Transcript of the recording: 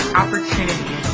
opportunity